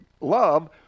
love